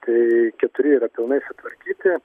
tai keturi yra pilnai sutvarkyti